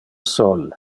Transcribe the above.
sol